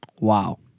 Wow